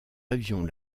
avions